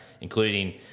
including